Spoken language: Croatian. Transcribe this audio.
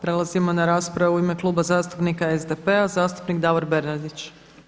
Prelazimo na raspravu u ime Kluba zastupnika SDP-a, zastupnik Davor Bernardić.